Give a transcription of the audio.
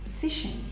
fishing